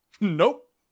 Nope